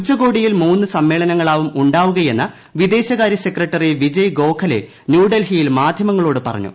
ഉച്ചകോടിയിൽ മൂന്ന് സമ്മേളനങ്ങളാവും ഉണ്ടാകുകയെന്ന് വിദ്ദേശിക്കാർ്യ സെക്രട്ടറി വിജയ് ഗോഖലെ ന്യൂഡൽഹിയിൽ മാധ്യമങ്ങളോട് പറഞ്ഞു